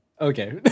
okay